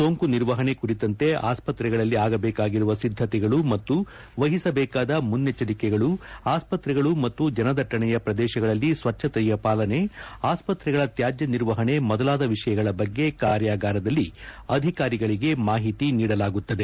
ಸೋಂಕು ನಿರ್ವಹಣೆ ಕುರಿತಂತೆ ಆಸ್ತತ್ರೆಗಳಲ್ಲಿ ಆಗಬೇಕಾಗಿರುವ ಸಿದ್ದತೆಗಳು ಮತ್ತು ವಹಿಸಬೇಕಾದ ಮುನ್ನೆಚ್ಚರಿಕೆಗಳು ಆಸ್ಪತ್ರೆಗಳು ಮತ್ತು ಜನದಟ್ಟಣೆಯ ಪ್ರದೇಶಗಳಲ್ಲಿ ಸ್ವಚ್ಛತೆಯ ಪಾಲನೆ ಆಸ್ಪತ್ರೆಗಳ ತ್ವಾಜ್ಞ ನಿರ್ವಹಣೆ ಮೊದಲಾದ ವಿಷಯಗಳ ಬಗ್ಗೆ ಕಾರ್ಯಾಗಾರದಲ್ಲಿ ಅಧಿಕಾರಿಗಳಿಗೆ ಮಾಹಿತಿ ನೀಡಲಾಗುತ್ತದೆ